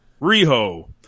Riho